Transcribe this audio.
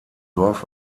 dorf